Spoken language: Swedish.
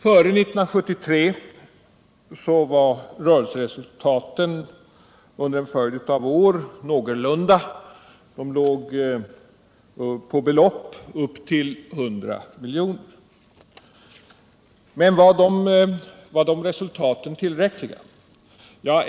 Före 1973 var rörelseresultaten under en följd av år någorlunda goda — de låg på belopp upp till 100 milj.kr. Men var de resultaten tillräckliga?